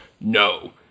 no